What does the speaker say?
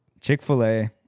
Chick-fil-A